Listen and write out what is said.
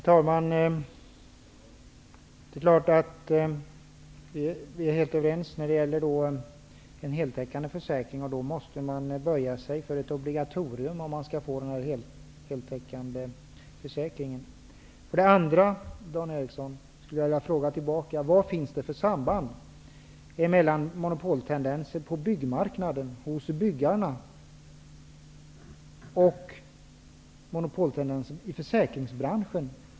Herr talman! Det är klart att vi är helt överens när det gäller en heltäckande försäkring. Men om man skall få en heltäckande försäkring, måste man ju böja sig för ett obligatorium. Stockholm: Vad finns det för samband mellan monopoltendenser på byggmarknaden och monopoltendenser i försäkringsbranschen?